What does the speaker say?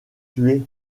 tué